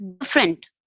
different